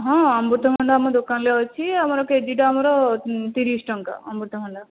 ହଁ ଅମୃତଭଣ୍ଡା ଆମ ଦୋକାନରେ ଅଛି ଆମର କେଜିଟା ଆମର ତିରିଶ ଟଙ୍କା ଅମୃତଭଣ୍ଡା